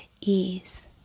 ease